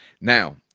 now